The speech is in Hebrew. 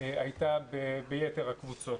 שהייתה ביתר הקבוצות.